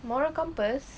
moral compass